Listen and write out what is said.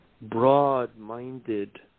broad-minded